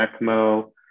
ECMO